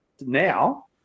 now